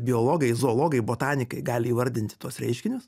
biologai zoologai botanikai gali įvardinti tuos reiškinius